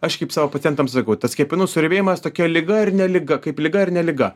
aš kaip savo pacientam sakau tas kepenų suriebėjimas tokia liga ir ne liga kaip liga ir ne liga